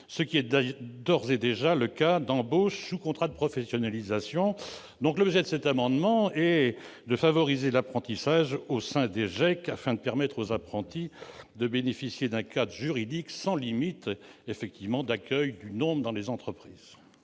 ce qui est d'ores et déjà le cas pour les embauches sous contrat de professionnalisation. L'objet de cet amendement est de favoriser l'apprentissage au sein des GEIQ, en permettant aux apprentis de bénéficier d'un cadre juridique ne limitant pas le nombre d'entreprises